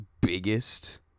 biggest